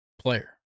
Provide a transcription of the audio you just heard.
player